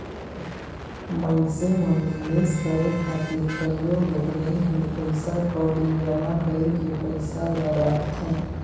मइनसे मन निवेस करे खातिर कइयो गोट बेंक में पइसा कउड़ी जमा कइर के पइसा ल राखथें